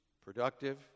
productive